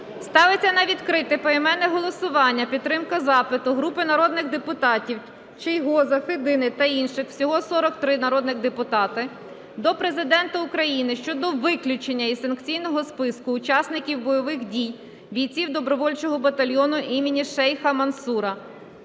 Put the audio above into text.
Ставиться на відкрите поіменне голосування підтримка запиту групи народних депутатів (Чийгоза, Федини та інших. Всього 43 народних депутати) до Президента України щодо виключення із санкційного списку учасників бойових дій, бійців добровольчого батальйону імені Шейха Мансура.